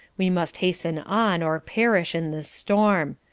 we must hasten on or perish in this storm.